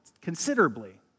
considerably